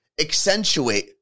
Accentuate